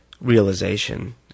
realization